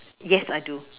yes I do